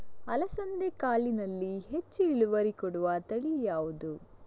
ಅಲಸಂದೆ ಕಾಳಿನಲ್ಲಿ ಹೆಚ್ಚು ಇಳುವರಿ ಕೊಡುವ ತಳಿ ಯಾವುದು?